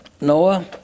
Noah